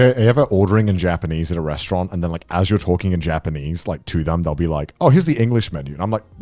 ah ever ordering in japanese at a restaurant. and then like, as you're talking in japanese, like to them, they'll be like, oh, here's the english menu. and i'm like,